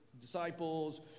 disciples